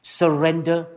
surrender